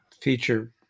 feature